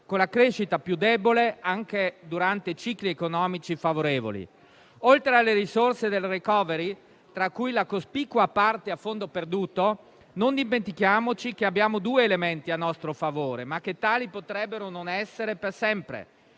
una crescita più debole, anche durante cicli economici favorevoli. Oltre alle risorse del *recovery fund*, tra cui la cospicua parte a fondo perduto, non dimentichiamoci che abbiamo due elementi a nostro favore, ma che tali potrebbero non essere per sempre: